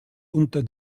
unter